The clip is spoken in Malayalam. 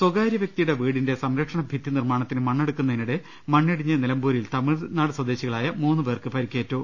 സ്വകാര്യവ്യക്തിയുടെ വീടിന്റെ സംരക്ഷണഭിത്തി നിർമാണത്തിന് മണ്ണെടുക്കുന്നതിനിടെ മണ്ണിടിഞ്ഞ് നിലമ്പൂരിൽ തമിഴ്നാട് സ്വദേശികളായ മൂന്നുപേർക്ക് പരിക്കേറ്റു